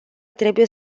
trebuie